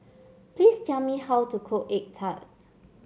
please tell me how to cook egg tart